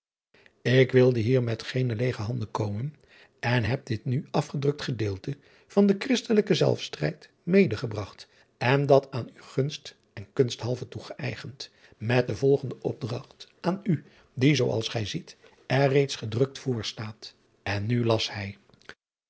k wilde hier met geene leêge handen komen en heb dit nu afgedrukt gedeelte van den hristelijken elfstrijd medegebragt en dat aan u gunst en kunsthalve toegeëgend met de volgende opdragt aan u die zoo als gij ziet er reeds gedrukt voor staat en nu las hij